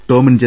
Tomin J